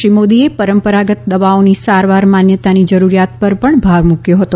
શ્રી મોદીએ પરંપરાગત દવાઓની સારવાર માન્યતાની જરૂરિયાત પર ભાર મૂક્યો હતો